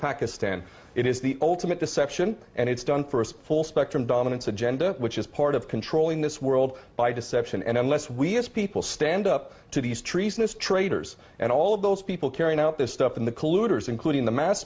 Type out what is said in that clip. pakistan it is the ultimate deception and it's done for us full spectrum dominance agenda which is part of controlling this world by deception and unless we as people stand up to these treasonous traitors and all of those people carrying out this stuff in the colluders including the mass